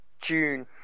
June